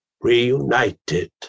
reunited